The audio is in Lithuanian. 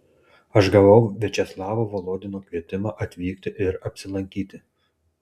aš gavau viačeslavo volodino kvietimą atvykti ir apsilankyti